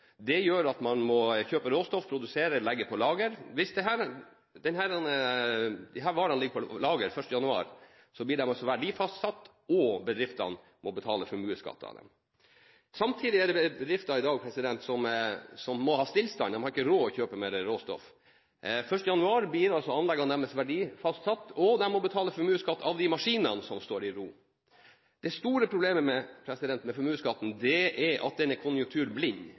Det gjør at man må kjøpe råstoff, produsere og legge på lager. Hvis disse varene ligger på lager 1. januar, blir de altså verdifastsatt, og så må bedriftene betale formuesskatt av dem. Samtidig er det bedrifter i dag som må ha stillstand, de har ikke råd til å kjøpe mer råstoff. Den 1. januar blir altså anleggene deres verdifastsatt, og de må betale formuesskatt av de maskinene som står i ro. Det store problemet med formuesskatten er at den er